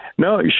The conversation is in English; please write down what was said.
No